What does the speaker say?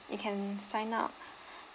you can sign up